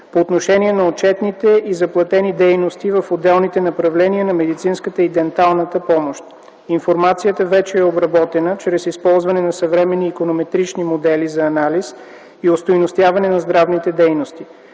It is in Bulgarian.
по отношение на отчетeните и заплатени дейности в отделните направления на медицинската и денталната помощ. Информацията вече е обработена чрез използване на съвременни иконометрични модели за анализ и остойностяване на здравните дейности.